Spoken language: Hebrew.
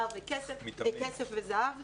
כסף וזהב,